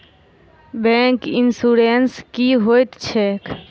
Bank insurance की होइत छैक?